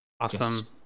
awesome